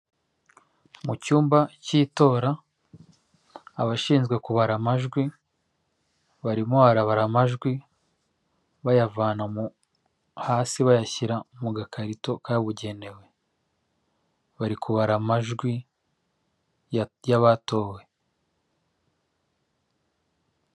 Mu cyumba cy'itora, abashinzwe kubara amajwi, barimo barabara amajwi, bayavana hasi bayashyira mu gakarito kabugenewe, bari kubara amajwi y'abatowe.